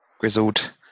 grizzled